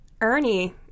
Ernie